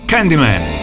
Candyman